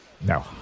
No